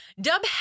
dub